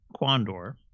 Quandor